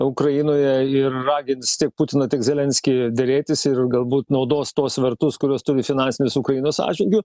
ukrainoje ir ragins tiek putiną tiek zelenskį derėtis ir galbūt naudos tuos svertus kuriuos turi finansinius ukrainos atžvilgiu